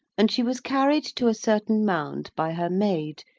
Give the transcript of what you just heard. and she was carried to a certain mound by her maid,